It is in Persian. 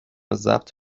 ضبط